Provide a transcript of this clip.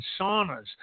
saunas